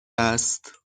است